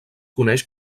coneix